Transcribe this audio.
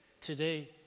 Today